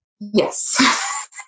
Yes